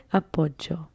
appoggio